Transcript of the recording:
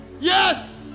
Yes